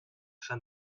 afin